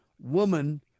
woman